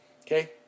Okay